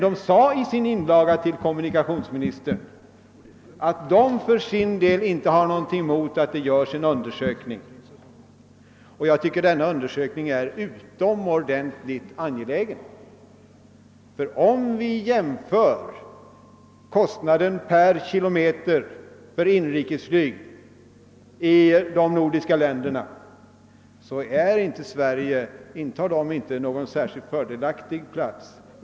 De framhöll emellertid i sin inlaga till kommunikationsministern att de för sin del inte hade något emot att en undersökning göres. Jag tycker att en sådan undersökning är utomordentligt angelägen. Om vi jämför kostnaden per kilometer för inrikesflyg i de nordiska länderna, finner vi nämligen att Sverige inte intar någon särskilt fördelaktig plats.